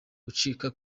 gucika